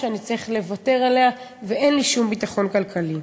ואני אצטרך לוותר עליה ואין לי שום ביטחון כלכלי.